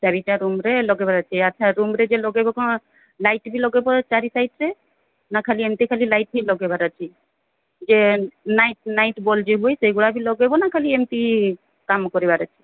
ଚାରିଟା ରୁମ୍ରେ ଲଗେଇବାର ଅଛି ଆଚ୍ଛା ରୁମ୍ରେ ଯେ ଲଗେଇବ କ'ଣ ଲାଇଟ୍ ବି ଲଗେଇବ ଚାରି ସାଇଟ୍ରେ ନା ଖାଲି ଏମିତି ଖାଲି ଲାଇଟ୍ ବି ଲଗେଇବାର ଅଛି ଯେ ନାଇଟ୍ ନାଇଟ୍ ବଲ୍ବ୍ ଯୋଉ ହୁଏ ସେଇଗୁଡ଼ା ବି ଲଗେଇବ ନା ଖାଲି ଏମିତି କାମ କରିବାର ଅଛି